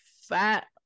fat